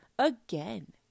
again